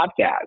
podcast